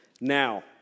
Now